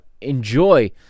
enjoy